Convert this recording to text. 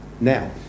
now